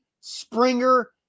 Springer